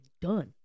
done